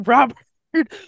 Robert